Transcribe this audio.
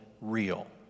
real